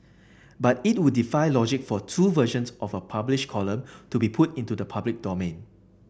but it would defy logic for two versions of a published column to be put into the public domain